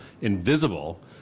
invisible